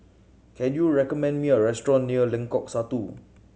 can you recommend me a restaurant near Lengkok Satu